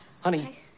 Honey